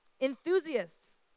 Enthusiasts